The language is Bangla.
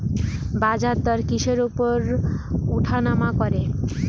বাজারদর কিসের উপর উঠানামা করে?